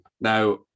Now